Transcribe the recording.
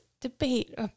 debate